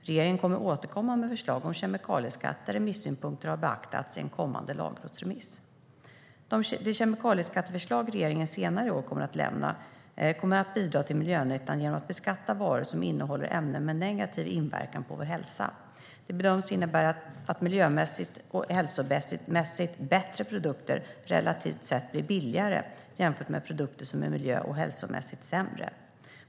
Regeringen kommer att återkomma med ett förslag om kemikalieskatt, där remissynpunkter har beaktats, i en kommande lagrådsremiss. Det kemikalieskatteförslag regeringen senare i år kommer att lämna kommer att bidra till miljönyttan genom att varor som innehåller ämnen med negativ inverkan på vår hälsa beskattas. Det bedöms innebära att miljö och hälsomässigt bättre produkter relativt sett blir billigare, jämfört med produkter som är miljö och hälsomässigt sämre.